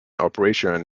operation